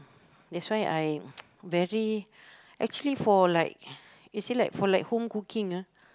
that's why I very actually for like you see like for like home cooking ah